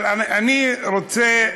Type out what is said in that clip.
אבל אני רוצה,